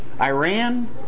Iran